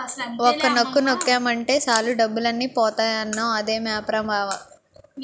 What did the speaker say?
ఒక్క నొక్కు నొక్కేమటే సాలు డబ్బులన్నీ పోతాయన్నావ్ అదే ఆప్ రా బావా?